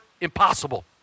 impossible